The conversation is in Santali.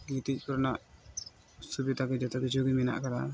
ᱜᱤᱛᱤᱡ ᱠᱚᱨᱮᱱᱟᱜ ᱥᱩᱵᱤᱫᱷᱟ ᱠᱚ ᱡᱚᱛᱚ ᱠᱤᱪᱷᱩ ᱜᱮ ᱢᱮᱱᱟᱜ ᱠᱟᱫᱟ